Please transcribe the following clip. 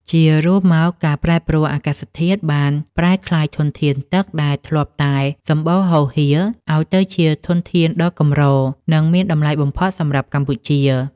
ជារួមមក ការប្រែប្រួលអាកាសធាតុបានប្រែក្លាយធនធានទឹកដែលធ្លាប់តែសំបូរហូរហៀរ ឱ្យទៅជាធនធានដ៏កម្រ និងមានតម្លៃបំផុតសម្រាប់កម្ពុជា។